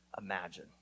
imagine